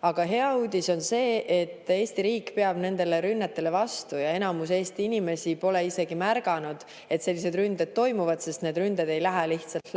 Aga hea uudis on see, et Eesti riik peab nendele rünnetele vastu ja enamus Eesti inimesi pole isegi märganud, et sellised ründed toimuvad, sest need ei lähe lihtsalt läbi. Mida